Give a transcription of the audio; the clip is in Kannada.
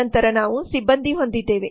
ನಂತರ ನಾವು ಸಿಬ್ಬಂದಿ ಹೊಂದಿದ್ದೇವೆ